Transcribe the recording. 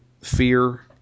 Fear